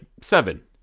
Seven